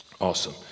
awesome